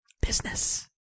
business